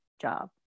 job